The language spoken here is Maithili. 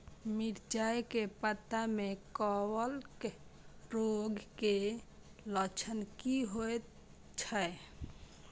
मिर्चाय के पत्ता में कवक रोग के लक्षण की होयत छै?